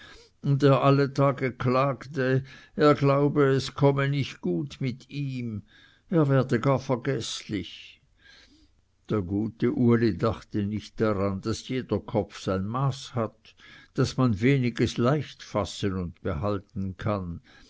alle tage klagte er glaube es komme nicht gut mit ihm er werde gar vergeßlich der gute uli dachte nicht daran daß jeder kopf sein maß hat daß man weniges leicht fassen und behalten kann